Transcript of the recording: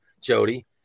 Jody